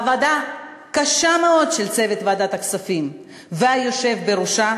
בעבודה קשה מאוד של צוות ועדת הכספים והיושב בראשה,